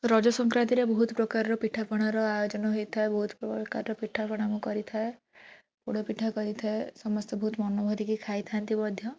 ରଜ ସଂକ୍ରାନ୍ତିରେ ବହୁତ ପ୍ରକାରର ପିଠାପଣାର ଆୟୋଜନ ହେଇଥାଏ ବହୁତ ପ୍ରକାରର ପିଠାପଣା ମୁଁ କରିଥାଏ ପୋଡ଼ ପିଠା କରିଥାଏ ସମସ୍ତେ ବହୁତ ମନ ଭରିକି ଖାଇଥାଆନ୍ତି ମଧ୍ୟ